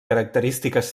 característiques